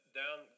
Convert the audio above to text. down